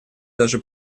даже